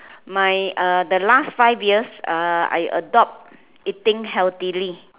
my uh the last five years uh I adopt eating healthily